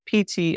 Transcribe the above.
PT